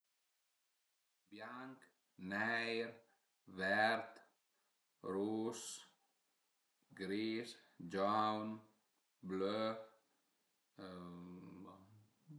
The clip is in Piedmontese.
Bianch, neir, vert, rus, gris, giaun, blö